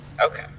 Okay